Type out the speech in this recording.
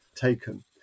taken